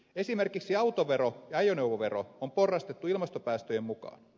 esimerkiksi autovero ja ajoneuvovero on porrastettu ilmastopäästöjen mukaan